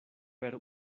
per